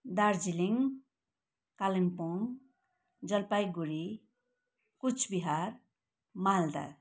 Darjeeling Kalimpong Jalpaiguri Cooch Behar Malda